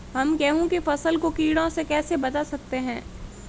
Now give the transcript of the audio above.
हम गेहूँ की फसल को कीड़ों से कैसे बचा सकते हैं?